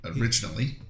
originally